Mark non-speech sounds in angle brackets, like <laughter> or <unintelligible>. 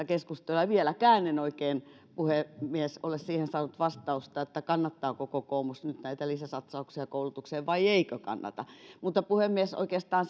<unintelligible> keskustelua ja vieläkään en oikein puhemies ole siihen saanut vastausta kannattaako kokoomus nyt näitä lisäsatsauksia koulutukseen vai eikö kannata puhemies oikeastaan <unintelligible>